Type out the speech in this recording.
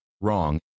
wrong